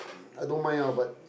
I don't mind ah but